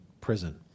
prison